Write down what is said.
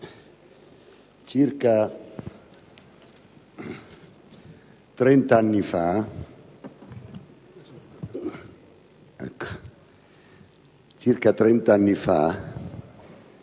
circa trent'anni fa